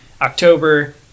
October